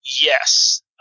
Yes